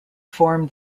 form